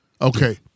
Okay